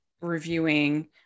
reviewing